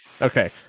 Okay